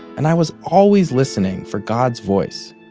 and i was always listening for god's voice.